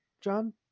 john